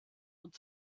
und